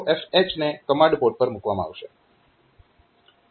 0FH ને command port પર મૂકવામાં આવશે